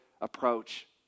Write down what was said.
approach